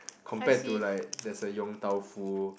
compared to like there's a Yong-Tau-Foo